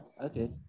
okay